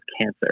cancer